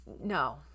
no